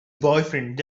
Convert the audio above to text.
boyfriend